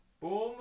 Boom